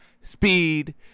speed